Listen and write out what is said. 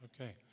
Okay